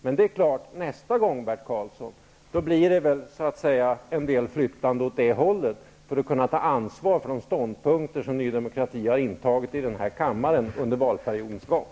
Men nästa gång, Bert Krlsson, blir det väl en del flyttande av backar åt andra hållet, för att kunna ta ansvar för de ståndpunkter som Ny demokrati har intagit här i kammaren under valperiodens gång.